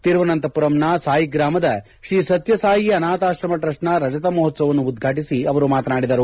ತಿರುವನಂತಪುರಂನ ಸಾಯಿಗ್ರಾಮದ ಶ್ರೀಸತ್ತಸಾಯಿ ಅನಾಥಾಶ್ರಮ ಟ್ರಸ್ಟ್ನ ರಜತ ಮಹೋತ್ಲವವನ್ನು ಉದ್ವಾಟಿಸಿ ಅವರು ಮಾತನಾಡಿದರು